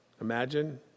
Imagine